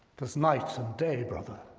there's night and day, brother,